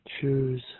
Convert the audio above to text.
choose